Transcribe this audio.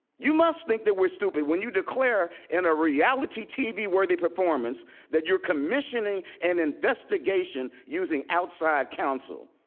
you must think that we're stupid when you declare in a reality t v. worthy performance that you're commissioning an investigation using outside counsel,